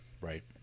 Right